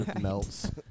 melts